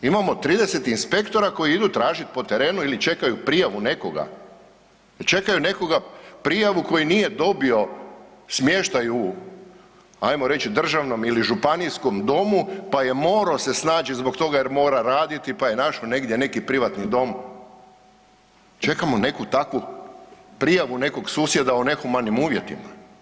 Imamo 30 inspektora koji idu tražit po terenu ili čekaju prijavu nekoga, čekaju nekoga prijavu koji nije dobio smještaj u, ajmo reć, državnom ili županijskom domu, pa je moro se snaći zbog toga jer mora raditi, pa je našo negdje neki privatni dom, čekamo neku takvu prijavu nekog susjeda o nehumanim uvjetima.